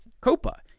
copa